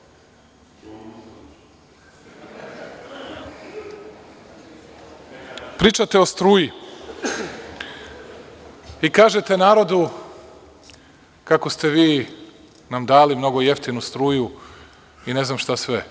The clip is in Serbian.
Pričate o struji i kažete narodu kako ste vi nam dali mnogo jeftinu struju i ne znam šta sve.